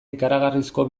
ikaragarrizko